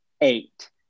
eight